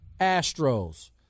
Astros